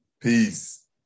Peace